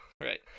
right